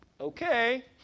okay